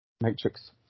Matrix